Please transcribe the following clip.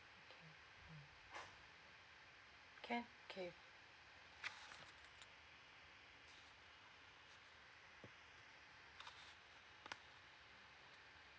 can okay